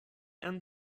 and